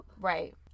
Right